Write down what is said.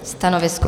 Stanovisko?